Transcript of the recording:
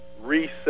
reset